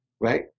right